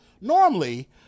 Normally